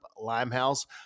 limehouse